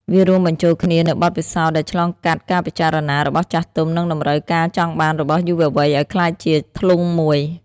វារួមបញ្ចូលគ្នានូវបទពិសោធន៍ដែលឆ្លងកាត់ការពិចារណារបស់ចាស់ទុំ និងតម្រូវការចង់បានរបស់យុវវ័យឱ្យក្លាយជាធ្លុងមួយ។